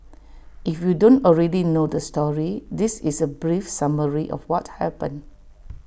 if you don't already know the story this is A brief summary of what happened